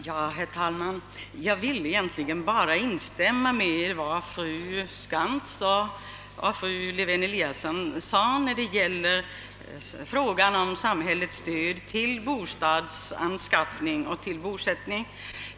Herr talman! Jag vill egentligen bara instämma i vad fru Skantz och fru Lewén-Eliasson sagt då det gäller samhällets stöd till bostadsanskaffning och bosättning.